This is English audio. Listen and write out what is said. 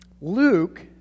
Luke